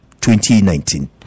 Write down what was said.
2019